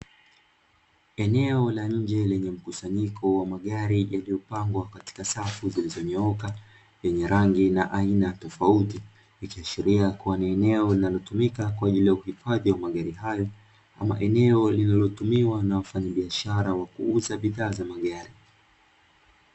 Eneo la nje lenye mkusanyiko wa magari yaliyopangwa katika safu zilizonyooka. Ni magari ya aina tofauti, ikiashiria kuwa ni eneo linalotumika kwa ajili ya uhifadhi wa magari hayo ama eneo linalotumiwa na wafanyabiashara wa kuuza bidhaa za magari.